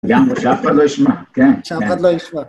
‫גם שאף אחד לא ישמע, כן...שאף אחד לא ישמע.